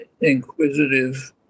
inquisitive